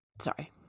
Sorry